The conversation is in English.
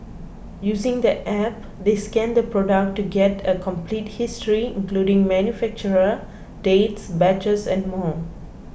using the App they scan the product to get a complete history including manufacturer dates batches and more